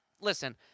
Listen